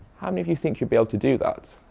how many of you think you'd be able to do that?